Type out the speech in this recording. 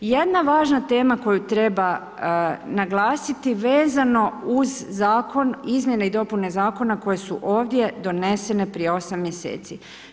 Jedna važna tema koju treba naglasiti vezano uz zakon, izmjene i dopune zakona koje su ovdje donesene prije 8 mjeseci.